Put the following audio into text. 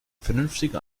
vernünftiger